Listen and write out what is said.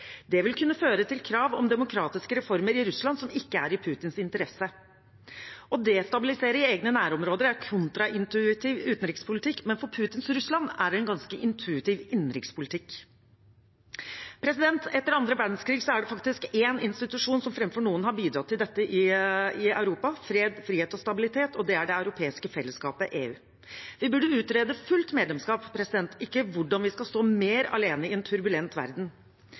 Det vil kunne føre til krav om demokratiske reformer i Russland som ikke er i Putins interesse. Å destabilisere i egne nærområder er kontraintuitiv utenrikspolitikk, men for Putins Russland er det en ganske intuitiv innenrikspolitikk. Etter andre verdenskrig er det faktisk en institusjon som framfor noen har bidratt til fred, frihet og stabilitet i Europa – og det er det europeiske fellesskapet, EU. Vi burde utrede fullt medlemskap, ikke hvordan vi skal stå mer alene i en turbulent verden.